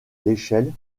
l’échelle